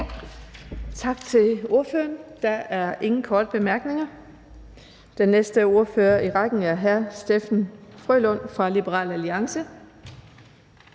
Tak til ordføreren. Der er ingen korte bemærkninger. Den næste ordfører i rækken er hr. Steffen W. Frølund fra Liberal Alliance.